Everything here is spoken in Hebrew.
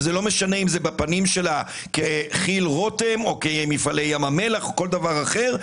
ולא משנה אם זה בפנים שלה ככי"ל רותם או כמפעלי ים המלח או כל דבר אחר,